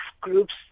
groups